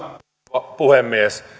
rouva puhemies